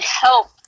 help